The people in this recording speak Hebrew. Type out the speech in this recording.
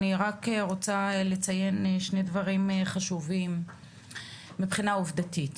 אני רק רוצה לציין שני דברים חשובים מבחינה עובדתית.